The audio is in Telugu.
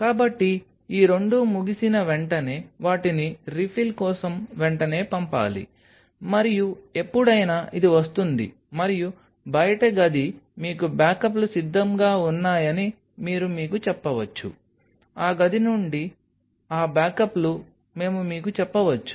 కాబట్టి ఈ రెండూ ముగిసిన వెంటనే వాటిని రీఫిల్ కోసం వెంటనే పంపాలి మరియు ఎప్పుడైనా ఇది వస్తుంది మరియు బయటి గది మీకు బ్యాకప్లు సిద్ధంగా ఉన్నాయని మీరు మీకు చెప్పవచ్చు ఆ గది నుండి ఆ బ్యాకప్లు మేము మీకు చెప్పవచ్చు